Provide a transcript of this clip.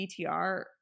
BTR